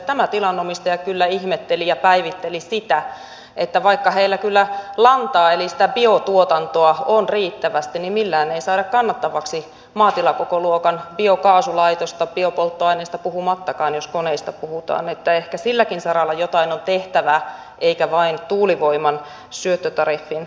tämä tilanomistaja kyllä ihmetteli ja päivitteli sitä että vaikka heillä kyllä lantaa eli sitä biotuotantoa on riittävästi niin millään ei saada kannattavaksi maatilakokoluokan biokaasulaitosta biopolttoaineesta puhumattakaan jos koneista puhutaan niin että ehkä silläkin saralla jotain on tehtävä eikä vain tuulivoiman syöttötariffin saralla